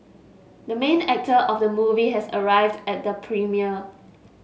the main actor of the movie has arrived at the premiere